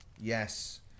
Yes